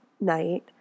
night